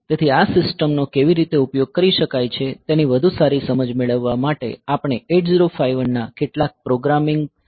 તેથી આ સિસ્ટમનો કેવી રીતે ઉપયોગ કરી શકાય છે તેની વધુ સારી સમજ મેળવવા માટે આપણે 8051 ના કેટલાક પ્રોગ્રામિંગ ઉદાહરણો જોઈશું